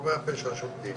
גורמי הפשע שולטים,